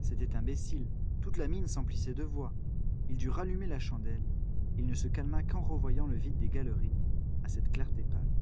c'était imbécile toute la mine s'emplissait de voix il dut rallumer la chandelle il ne se calma qu'en revoyant le vide des galeries à cette clarté pâle